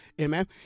amen